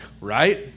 right